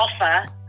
offer